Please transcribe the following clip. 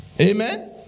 Amen